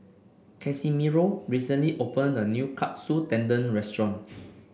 Casimiro recently opened a new Katsu Tendon Restaurant